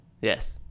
Yes